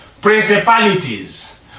principalities